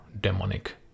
demonic